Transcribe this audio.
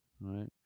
Right